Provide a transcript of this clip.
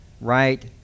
right